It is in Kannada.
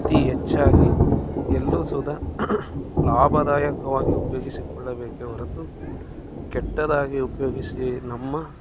ಅತಿ ಹೆಚ್ಚಾಗಿ ಎಲ್ಲೂ ಸಹಿತ ಲಾಭದಾಯಕವಾಗಿ ಉಪಯೋಗಿಸಿಕೊಳ್ಳಬೇಕೆ ಹೊರತು ಕೆಟ್ಟದಾಗಿ ಉಪಯೋಗಿಸಿ ನಮ್ಮ